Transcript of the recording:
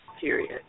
Period